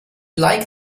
like